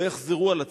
לא יחזרו על עצמם,